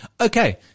Okay